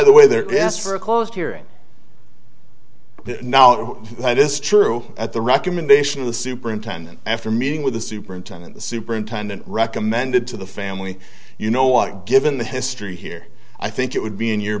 the way there is for a closed hearing now it is true at the recommendation of the superintendent after meeting with the superintendent the superintendent recommended to the family you know what given the history here i think it would be in your